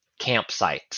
campsites